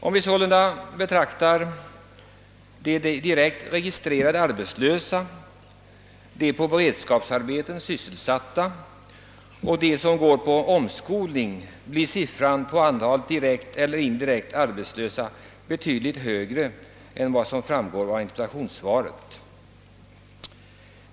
Om vi sålunda betraktar de direkt registrerade arbetslösa, de i beredskapsarbeten sysselsatta och dem som går på omskolning, blir antalet direkt eller indirekt arbetslösa betydligt högre än vad som framgår av interpellationssvaret.